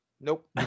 Nope